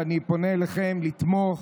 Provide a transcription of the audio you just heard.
ואני פונה אליכם לתמוך